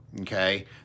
Okay